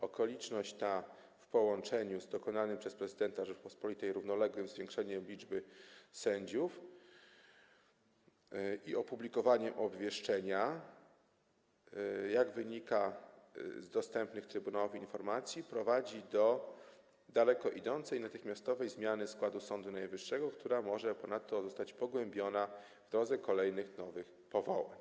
Okoliczność ta w połączeniu z dokonanym przez prezydenta Rzeczypospolitej równoległym zwiększeniem liczby sędziów i opublikowaniem obwieszczenia, jak wynika z dostępnych Trybunałowi informacji, prowadzi do daleko idącej, natychmiastowej zmiany składu Sądu Najwyższego, która może ponadto zostać pogłębiona w drodze kolejnych nowych powołań.